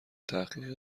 تحقیق